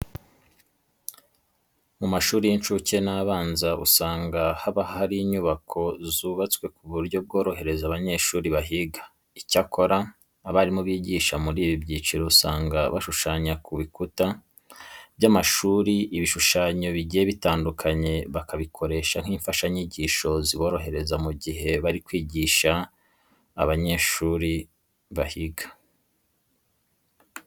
Mu mashuri y'incuke n'abanza usanga haba hari inyubako zubatswe ku buryo bworohereza abanyeshuri bahiga. Icyakora, abarimu bigisha muri ibi byiciro usanga bashushanya ku bikuta by'amashuri ibishushanyo bigiye bitandukanye bakabikoresha nk'imfashanyigisho ziborohereza mu gihe bari kwigisha aba banyeshuri.